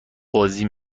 بازی